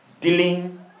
Dealing